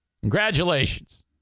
Congratulations